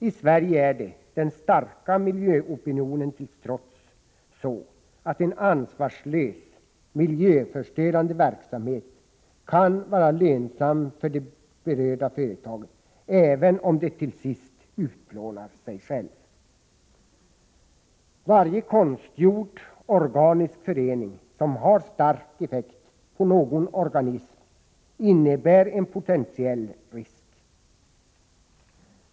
I Sverige är det, den starka miljöopinionen till trots, så att en ansvarslös miljöförstörande verksamhet kan vara lönsam för det berörda företaget — även om den till sist utplånar sig själv. Varje konstgjord organisk förening som har stark effekt på någon organism innebär en potentiell risk.